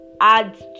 adds